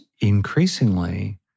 increasingly